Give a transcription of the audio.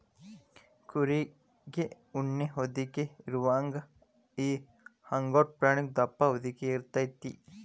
ಕುರಿಗೆ ಉಣ್ಣಿ ಹೊದಿಕೆ ಇರುವಂಗ ಈ ಅಂಗೋರಾ ಪ್ರಾಣಿಗು ದಪ್ಪ ಹೊದಿಕೆ ಇರತತಿ